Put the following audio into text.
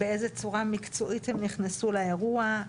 באיזו צורה מקצועית הם נכנסו לאירוע,